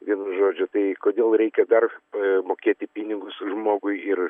vienu žodžiu tai kodėl reikia dar mokėti pinigus žmogui ir